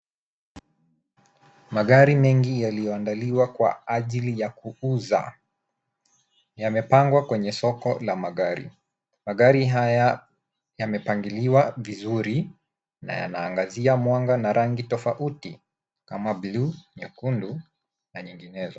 Magari mengi yaliyoandaliwa kwa ajili ya kuuza, yamepangwa kwenye soko la magari. Magari haya yamepangiliwa vizuri, na yanaangazia mwanga na rangi tofauti, kama blue , nyekundu, na nyinginezo.